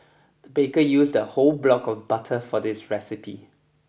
the baker used a whole block of butter for this recipe